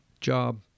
job